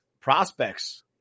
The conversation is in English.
prospects